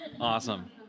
Awesome